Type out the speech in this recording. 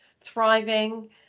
thriving